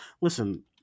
listen